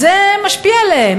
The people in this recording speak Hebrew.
זה משפיע עליהם,